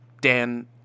Dan